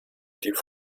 die